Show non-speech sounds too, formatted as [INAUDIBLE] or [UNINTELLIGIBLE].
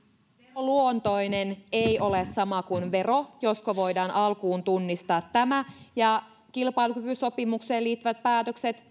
veroluontoinen ei ole sama kuin vero josko voidaan alkuun tunnistaa tämä ja kilpailukykysopimukseen liittyvät päätökset [UNINTELLIGIBLE]